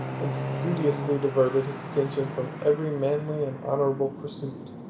and studiously diverted his attention from every manly and honorable pursuit.